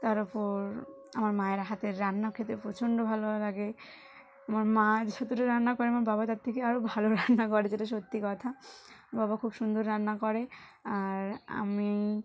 তারপর আমার মায়ের হাতের রান্নাও খেতে প্রচণ্ড ভালো লাগে আমার মা যতটা রান্না করে আমার বাবা তার থেকে আরও ভালো রান্না করে যেটা সত্যি কথা বাবা খুব সুন্দর রান্না করে আর আমি